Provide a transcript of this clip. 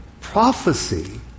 prophecy